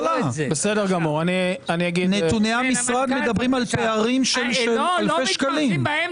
נתוני המשרד מדברים על פערים של אלפי שקלים- - לא מתפרצים.